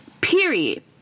Period